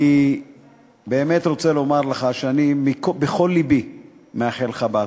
אני באמת רוצה לומר לך שאני בכל לבי מאחל לך בהצלחה.